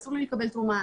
אסור לי לקבל תרומה.